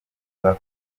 rwa